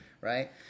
right